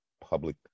public